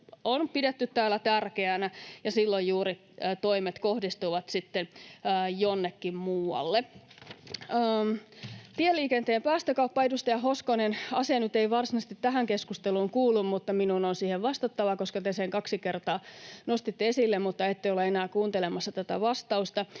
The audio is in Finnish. on pidetty täällä tärkeänä. Silloin juuri toimet kohdistuvat sitten jonnekin muualle. Tieliikenteen päästökauppa, edustaja Hoskonen: Asia nyt ei varsinaisesti tähän keskusteluun kuulu, mutta minun on siihen vastattava, koska te sen kaksi kertaa nostitte esille — tosin ette ole enää kuuntelemassa tätä vastausta.